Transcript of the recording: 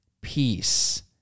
peace